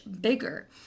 bigger